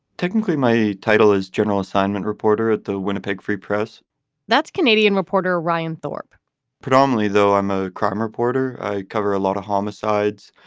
technically, my title is general assignment reporter at the winnipeg free press that's canadian reporter ryan thorp predominately, though, i'm a crime reporter i cover a lot of homicides,